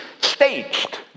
staged